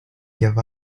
give